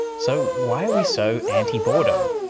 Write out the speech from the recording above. so, why we so anti-boredom?